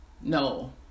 no